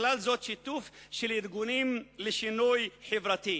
ובכלל זאת שיתוף של ארגונים לשינוי חברתי.